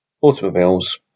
automobiles